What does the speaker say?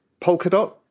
Polkadot